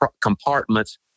compartments